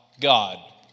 God